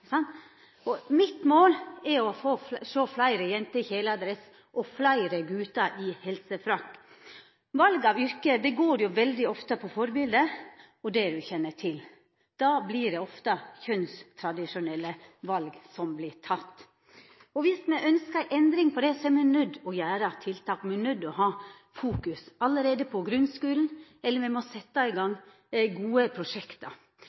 er me nøydde til å rekruttera breiare. Mitt mål er å sjå fleire jenter i kjeledress og fleire gutar i helsefrakk. Val av yrke går veldig ofte på forbilde og det ein kjenner til. Då vert det ofte kjønnstradisjonelle val som vert tatt. Viss me ønskjer endring på det, er me nøydde til å gjera tiltak. Allereie på grunnskolen er me nøydde til å fokusera på det eller setja i